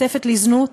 נאספת לזנות?